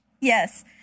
Yes